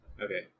Okay